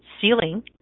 ceiling